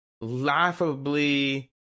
laughably